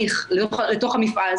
חניך לתוך המפעל,